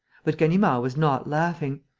but ganimard was not laughing.